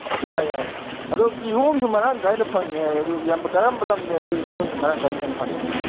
ꯌꯥꯏ ꯌꯥꯏ ꯌꯥꯏ ꯑꯗꯨ ꯀꯤꯍꯣꯝꯁꯨ ꯃꯔꯥꯡ ꯀꯥꯏꯅ ꯐꯪꯉꯦ ꯍꯥꯏ ꯑꯗꯨ ꯏꯌꯥꯝꯕ ꯀꯔꯝꯕ ꯂꯝꯅꯗꯤ ꯀꯤꯍꯣꯝꯁꯤ ꯃꯔꯥꯡ ꯀꯥꯏꯅ ꯍꯦꯟꯅ ꯐꯪꯏ